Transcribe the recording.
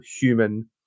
human